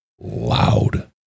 loud